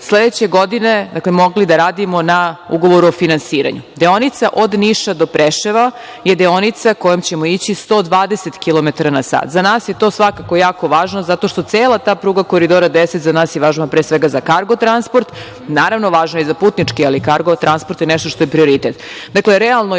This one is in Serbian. sledeće godine mogli da radimo na ugovoru o finansiranju. Deonica od Niša do Preševa je deonica kojom ćemo ići 120 kilometara na sat. Za nas je to svakako važno zato što cela ta pruga Koridora 10 za nas je važna, a pre svega za kargo transport, naravno važno je i za putnički, ali kargo transport je nešto što je prioritet. Dakle,